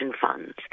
funds